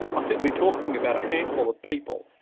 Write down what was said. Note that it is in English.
i think we're talking about a handful of people,